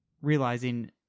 realizing